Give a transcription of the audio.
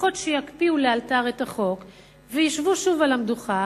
לפחות שיקפיאו לאלתר את החוק וישבו שוב על המדוכה